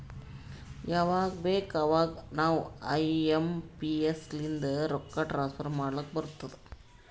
ಯವಾಗ್ ಬೇಕ್ ಅವಾಗ ನಾವ್ ಐ ಎಂ ಪಿ ಎಸ್ ಲಿಂದ ರೊಕ್ಕಾ ಟ್ರಾನ್ಸಫರ್ ಮಾಡ್ಲಾಕ್ ಬರ್ತುದ್